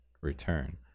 return